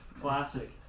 classic